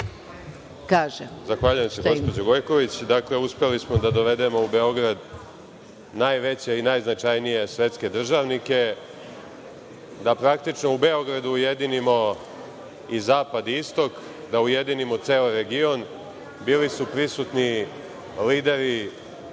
Zahvaljujem se gospođo Gojković. Dakle, uspeli smo da dovedemo u Beograd najveće i najznačajnije svetske državnike, da praktično u Beogradu ujedinimo i zapad i istok, da ujedinimo ceo region, bili su prisutni lideri